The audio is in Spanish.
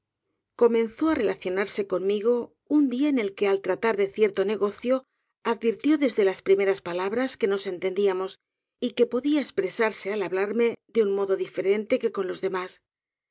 comenzó á relacionarse conmigo un día en el que al tratar de cierto negocio advirtip desdólas primeras palabras que nos entendíamps y que podía espresarge al hablarme de un modo diferente que con los demás